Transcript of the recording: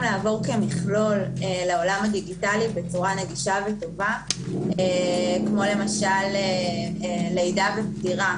לעבור כמכלול לעולם הדיגיטלי בצורה נגישה וטובה כמו למשל לידה ופטירה